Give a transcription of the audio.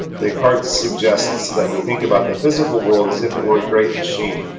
descartes suggests that we think about the physical world as if it were a great machine,